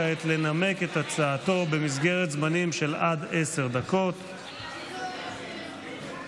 נעבור להצעת חוק הביטוח הלאומי (תיקון,